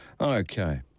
Okay